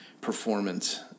performance